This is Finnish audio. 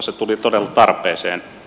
se tuli todella tarpeeseen